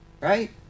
Right